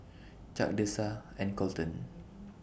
Chuck Dessa and Kolten